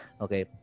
Okay